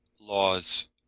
laws